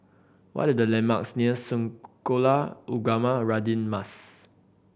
what are the landmarks near Sekolah Ugama Radin Mas